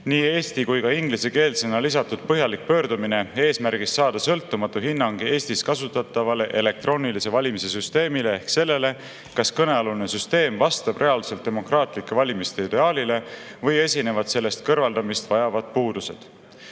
nii eesti- kui ka ingliskeelsena lisatud põhjalik pöördumine eesmärgist saada sõltumatu hinnang Eestis kasutatavale elektroonilise valimise süsteemile ehk sellele, kas kõnealune süsteem vastab reaalselt demokraatlike valimiste ideaalile või esinevad selles kõrvaldamist vajavad puudused. Paraku